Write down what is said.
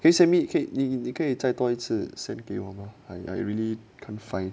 可以 submit 给你你可以再多一次 send 给我吗 I really can't find